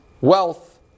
Wealth